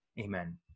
Amen